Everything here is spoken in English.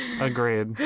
Agreed